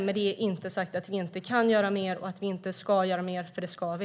Med det är inte sagt att vi inte kan och ska göra mer, för det ska vi.